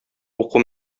уку